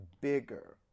bigger